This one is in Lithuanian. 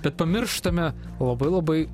bet pamirštame labai labai